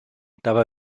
dabei